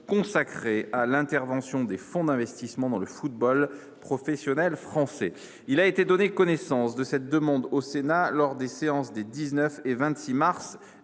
relative à l’intervention des fonds d’investissement dans le football professionnel français. Il a été donné connaissance de cette demande au Sénat lors des séances des 19 et 26 mars